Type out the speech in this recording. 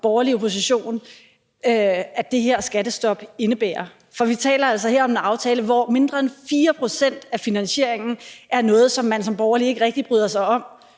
borgerlig opposition kan regne med det her skattestop indebærer? For vi taler altså her om en aftale, hvor mindre end 4 pct. af finansieringen er noget, som man som borgerlig ikke rigtig bryder sig om,